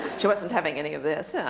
she wasn't having any of this. yeah